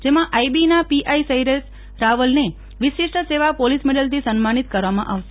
જેમાં આઈબીના પીઆઈ શૈલેષ રાવલને વિશિષ્ટ સેવા પોલીસ મેડલથી સન્માનિત કરવામાં આવશે